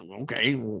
okay